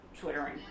twittering